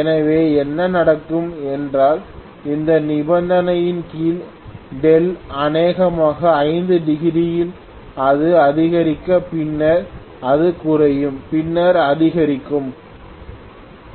எனவே என்ன நடக்கும் என்றால் இந்த நிபந்தனையின் கீழ் δ அநேகமாக 5 டிகிரி யில் அது அதிகரித்தது பின்னர் அது குறையும் பின்னர் அதிகரிக்கும்